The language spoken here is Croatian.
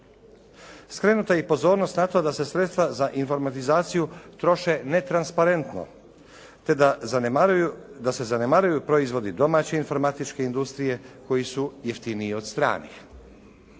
Skrenuta je i pozornost na to da se sredstva za informatizaciju troše netransparentno te da se zanemaruju proizvodi domaće informatičke industrije koji su jeftiniji od stranih.